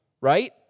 Right